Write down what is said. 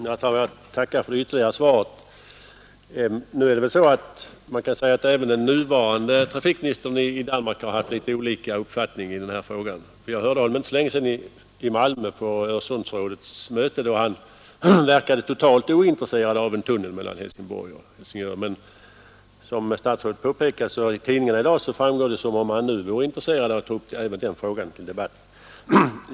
Herr talman! Jag tackar för det ytterligare svaret. Man kan väl säga att även den nuvarande trafikministern i Danmark har haft litet olika uppfattningar i denna fråga. Jag hörde honom för inte så länge sedan på Öresundsrådets möte i Malmö, och då verkade han totalt ointresserad av en tunnel mellan Helsingborg och Helsingör. Men av tidningarna i dag att döma förefaller det, som statsrådet påpekade, som om han nu vore intresserad av att ta upp även den frågan till debatt.